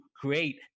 create